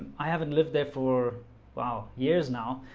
i haven't lived there for wow years now,